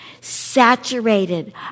saturated